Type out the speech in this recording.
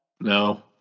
No